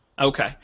Okay